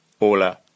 Hola